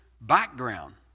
background